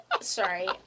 sorry